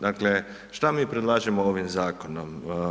Dakle šta mi predlažemo ovim zakonom?